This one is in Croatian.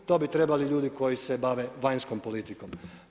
To bi trebali ljudi koji se bave vanjskom politikom.